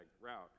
route